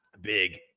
Big